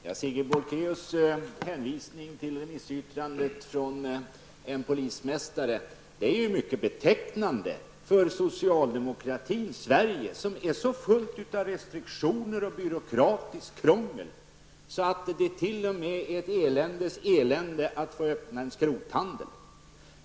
Herr talman! Sigrid Bolkéus hänvisar till remissyttrandet från en polismästare. Detta är ju mycket betecknande för socialdemokratins Sverige, som är så fullt av restriktioner och byråkratiskt krångel att det t.o.m. är ett eländes elände att få öppna en skrothandel.